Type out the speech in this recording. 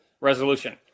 resolution